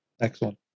excellent